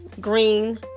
green